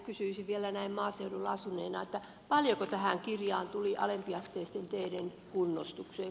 kysyisin vielä näin maaseudulla asuneena paljonko tähän kirjaan tuli alempiasteisten teiden kunnostukseen